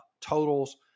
totals